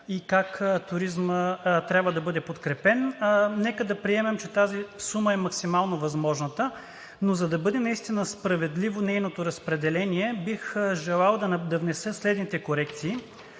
и как туризмът трябва да бъде подкрепен. Нека да прием, че тази сума е максимално възможната. Но за да бъде наистина справедливо нейното разпределение, бих желал да внеса следните корекции.